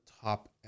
top